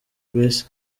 grace